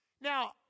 Now